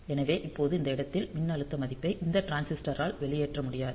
எனவே இப்போது இந்த இடத்தில் மின்னழுத்த மதிப்பை இந்த டிரான்சிஸ்டரால் வெளியேற்ற முடியாது